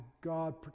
God